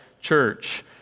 Church